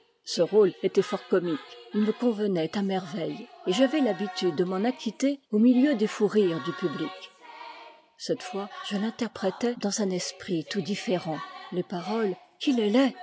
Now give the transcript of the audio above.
ce rôle était fort comique il me convenait à merveille et j'avais l'habitude de m'en acquitter au milieu des fous rires du public cette fois je l'interprétai dans un esprit tout différent les paroles qu'il est